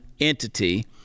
entity